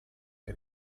che